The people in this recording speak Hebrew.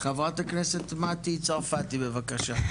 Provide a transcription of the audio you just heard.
חברת הכנסת מטי צרפתי בבקשה.